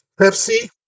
Pepsi